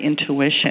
intuition